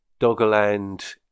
Doggerland